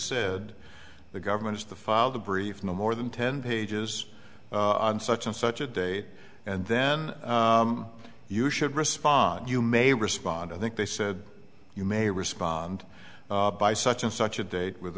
said the government is the file the brief no more than ten pages on such and such a date and then you should respond you may respond i think they said you may respond by such and such a date with